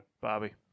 Bobby